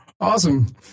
awesome